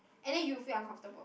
and then you feel uncomfortable